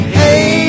hey